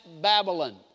Babylon